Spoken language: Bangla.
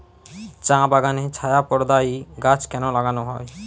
চা বাগানে ছায়া প্রদায়ী গাছ কেন লাগানো হয়?